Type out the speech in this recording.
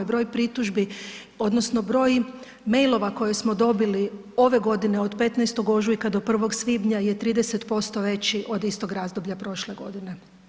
Broj pritužbi, odnosno broj mailova koje smo dobili ove godine od 15. ožujka do 1. svibnja je 30% veći od istog razdoblja prošle godine.